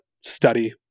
study